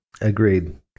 Agreed